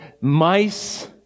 mice